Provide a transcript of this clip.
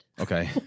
Okay